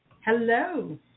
Hello